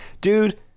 Dude